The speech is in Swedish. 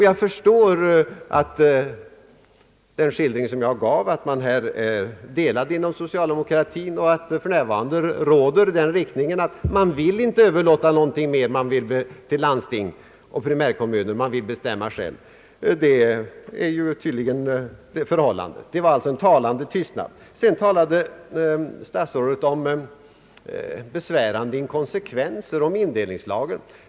Jag förstår att den skildring jag gav — att socialdemokratin här är delad och att för närvarande den riktning råder enligt vilken man inte vill överlåta någonting mer till landstingen och primärkommunerna utan att man vill bestämma själv — föranledde denna talande tystnad. Sedan talade statsrådet om besvärande inkonsekvenser, om indelningslagen.